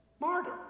Martyr